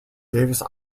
davis